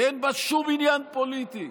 כי אין בה שום עניין פוליטי.